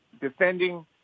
defending